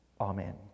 Amen